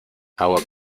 agua